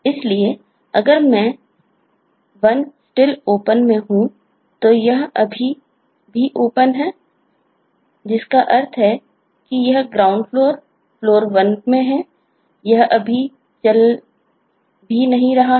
इसलिए अगर मैं शुरू में 1 Still Open में हूं तो यह अभी भी Open है जिसका अर्थ है कि यह ग्राउंड फ्लोर हो जाती है